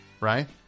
Right